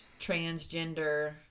transgender